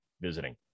visiting